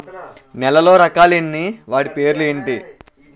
నేలలో రకాలు ఎన్ని వాటి పేర్లు ఏంటి?